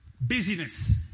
busyness